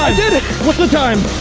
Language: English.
it! what's the time?